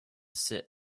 sit